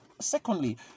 secondly